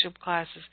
classes